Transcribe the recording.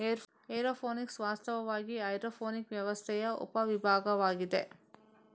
aeroponics ವಾಸ್ತವವಾಗಿ hydroponic ವ್ಯವಸ್ಥೆಯ ಉಪ ವಿಭಾಗವಾಗಿದೆ